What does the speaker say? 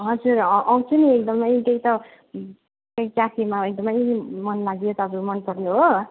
हजुर आउँछु नि एकदमै त्यही त क्याफेमा एकदमै मन लाग्यो तपाईँ मनपर्यो हो